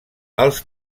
els